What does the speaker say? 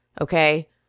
Okay